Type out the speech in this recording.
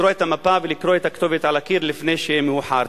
לקרוא את המפה ולקרוא את הכתובת על הקיר לפני שיהיה מאוחר.